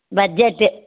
budget